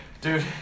Dude